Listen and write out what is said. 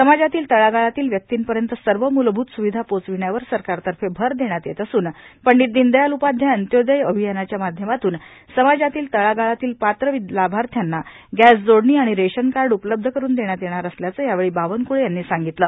समाजातील तळागाळातील व्यक्तींपर्यंत सर्व मूलभूत सुविधा पोहचविण्यावर सरकारतर्फे भर देण्यात येत असून पंडीत दीनदयाल उपाध्याय अंत्योदय अभियानाच्या माध्यमातून समाजातील तळागाळातील पात्र लाभार्थ्यांना गॅस जोडणी आणि रेशन कार्ड उपलब्ध करुन देण्यात येणार असल्याचे यावेळी बावनक्ळे यांनी सांगितले